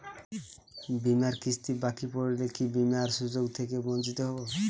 বিমার কিস্তি বাকি পড়লে কি বিমার সুযোগ থেকে বঞ্চিত হবো?